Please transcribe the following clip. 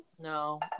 No